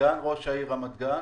סגן ראש העיר רמת גן.